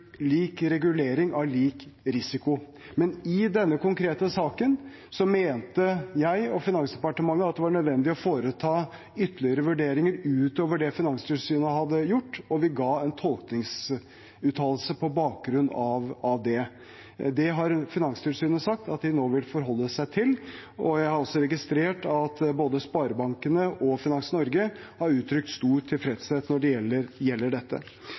var nødvendig å foreta ytterligere vurderinger utover det Finanstilsynet hadde gjort, og vi ga en tolkningsuttalelse på bakgrunn av det. Det har Finanstilsynet sagt at de nå vil forholde seg til. Jeg har også registrert at både sparebankene og Finans Norge har uttrykt stor tilfredshet når det gjelder dette. Det er riktig at når det gjelder